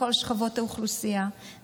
מכל שכבות האוכלוסייה,